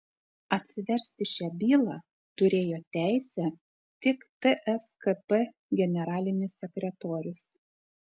atsiversti šią bylą turėjo teisę tik tskp generalinis sekretorius